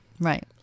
Right